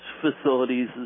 facilities